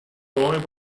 boy